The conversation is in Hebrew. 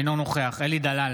אינו נוכח אלי דלל,